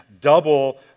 double